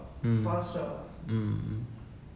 mm mm mm mm